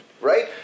right